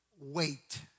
wait